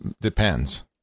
depends